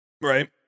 Right